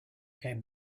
came